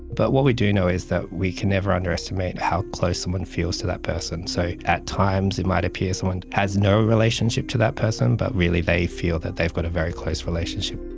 but what we do know is that we can never underestimate how close someone feels to that person. so at times it might appear someone has no relationship to that person but really they feel that they've got a very close relationship.